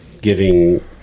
giving